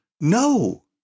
No